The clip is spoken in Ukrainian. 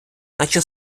наче